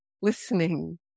listening